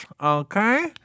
okay